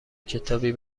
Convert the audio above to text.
کتابی